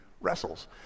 wrestles